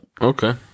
Okay